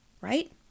right